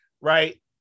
right